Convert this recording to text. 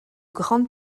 grande